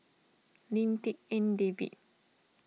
Lim Tik En David